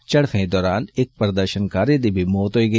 झड़फ्फें दौरान इक प्रदर्शनकारी दी बी मौत होई ऐ